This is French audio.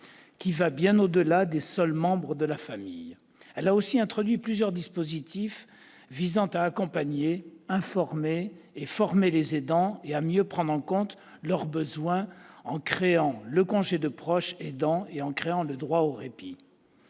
qui va bien au-delà des seuls membres de la famille. Ce texte a aussi introduit plusieurs dispositifs visant à accompagner, à informer et à former les aidants, ainsi qu'à mieux prendre en compte leurs besoins, en créant le congé de proche aidant et le droit au répit.